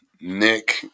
Nick